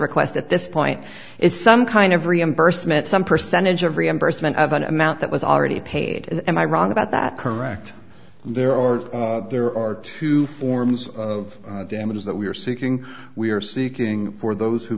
request at this point is some kind of reimbursement some percentage of reimbursement of an amount that was already paid and am i wrong about that correct there or there are two forms of damages that we are seeking we are seeking for those who